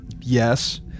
Yes